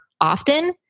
often